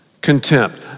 contempt